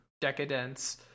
Decadence